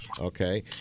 okay